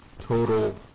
Total